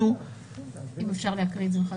אם אפשר להקריא את זה מחדש.